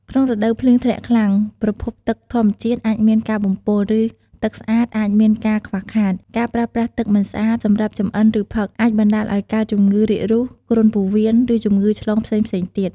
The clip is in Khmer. ក្នុងរដូវភ្លៀងធ្លាក់ខ្លាំង ប្រភពទឹកធម្មជាតិអាចមានការបំពុល ឬទឹកស្អាតអាចមានការខ្វះខាត ការប្រើប្រាស់ទឹកមិនស្អាតសម្រាប់ចម្អិនឬផឹក អាចបណ្តាលឱ្យកើត ជំងឺរាគរូស គ្រុនពោះវៀន ឬជំងឺឆ្លងផ្សេងៗទៀត។